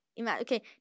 okay